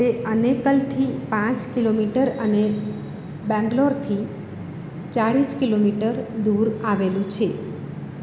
તે અનેકલથી પાંચ કિમી અને બેંગ્લોરથી ચાલીસ કિમી દૂર આવેલું છે